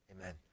Amen